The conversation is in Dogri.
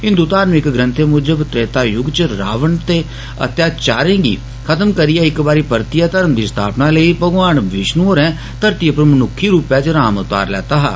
हिंदु धार्मिक ग्रंथे मुजब त्रेतायुग च रावण दे अत्याचारे गी खत्म करियै इक्क बारी परतियै धर्म दी स्थापना लेई भगवान विश्णु होरें धरती पर मनुक्खी रूपै च राम अवतार लैता हा